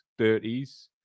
30s